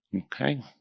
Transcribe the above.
Okay